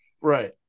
Right